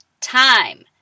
time